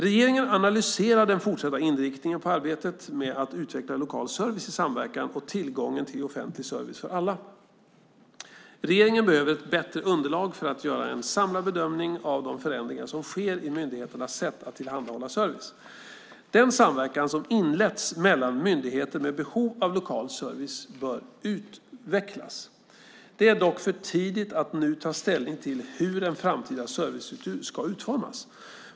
Regeringen analyserar den fortsatta inriktningen på arbetet med att utveckla lokal service i samverkan och tillgången till offentlig service för alla. Regeringen behöver ett bättre underlag för att göra en samlad bedömning av de förändringar som sker i myndigheternas sätt att tillhandahålla service. Den samverkan som inletts mellan myndigheter med behov av lokal service bör utvecklas. Det är dock för tidigt att nu ta ställning till hur en framtida servicestruktur ska utformas.